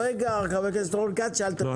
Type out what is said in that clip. הרגע חבר הכנסת רון כץ שאל את השאלה.